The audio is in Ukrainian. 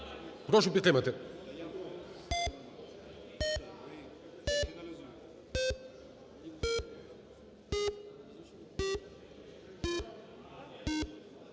прошу підтримати,